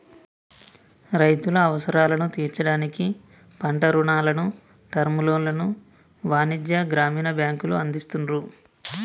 రైతుల అవసరాలను తీర్చడానికి పంట రుణాలను, టర్మ్ లోన్లను వాణిజ్య, గ్రామీణ బ్యాంకులు అందిస్తున్రు